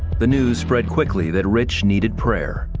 the news spread quickly that rich needed prayer.